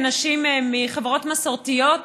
כנשים מחברות מסורתיות,